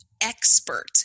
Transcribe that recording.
expert